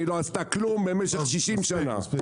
והיא לא עשתה כלום במשך 60 שנה.